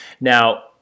Now